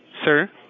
Sir